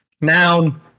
noun